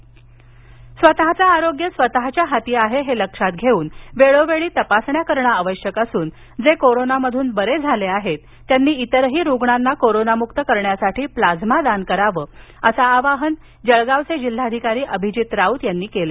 प्लाइमा जळगाव स्वतःचं आरोग्य स्वतःच्या स्वतः च्या हाती आहे हे लक्षात घेऊन वेळी वेळी तपासण्या करणं आवश्यक असून जे कोरोना मधून बरे झाले आहे त्यांनी इतरही रुग्णांना कोरोनामुक्त करण्यासाठी प्लाइमा दान करावं असं आवाहन जळगावचे जिल्हाधिकारी अभिजित राऊत यांनी केले